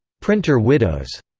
printer widows,